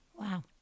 Wow